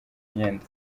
imyenda